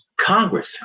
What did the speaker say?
Congress